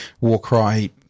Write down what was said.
Warcry